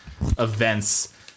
events